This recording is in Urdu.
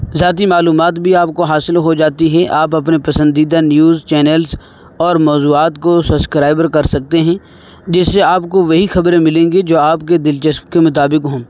ذاتی معلومات بھی آپ کو حاصل ہو جاتی ہیں آپ اپنے پسندیدہ نیوز چینلس اور موضوعات کو سسکرائبر کر سکتے ہیں جس سے آپ کو وہی خبریں ملیں گی جو آپ کے دلچسب کے مطابق ہوں